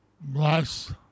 bless